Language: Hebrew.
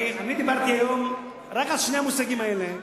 אני דיברתי היום רק על שני המושגים האלה,